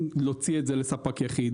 אם להוציא את זה לספק יחד,